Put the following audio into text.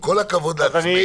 עם כל הכבוד לעצמנו.